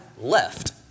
left